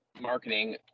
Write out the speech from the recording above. marketing